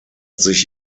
sich